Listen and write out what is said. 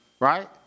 Right